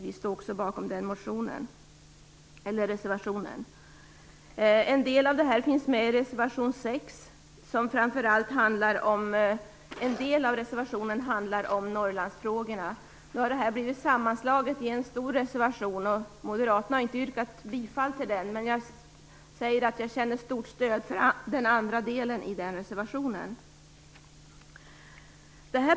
Vänsterpartiet står också bakom den reservationen. En del finns också med i reservation 6. En del av den reservationen handlar om Norrlandsfrågorna. Detta har blivit sammanslaget i en stor reservation, som Moderaterna inte har yrkat bifall till. Jag känner dock stort stöd för den andra delen i reservationen.